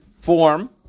form